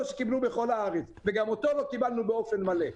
שקיבלו בכל הארץ וגם אותו לא קיבלנו באופן מלא.